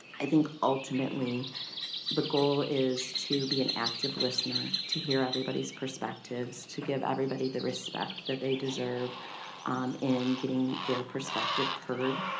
i think ultimately the goal is to be an active listener, to hear everybody's perspectives, to give everybody the respect that they deserve in getting their perspective heard.